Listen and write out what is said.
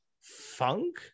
Funk